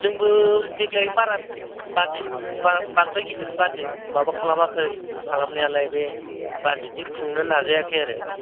जोंबो देग्लाय बारा बाजेट बा बांद्राय गिदिर बाजेट माबा खालामाखै खालामनायालाय बे बाजेटनि खुंनो नाजायाखै आरो